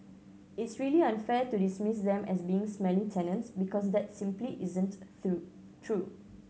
it's really unfair to dismiss them as being smelly tenants because that simply isn't through true